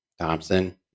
Thompson